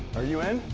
are you in?